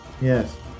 yes